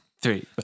three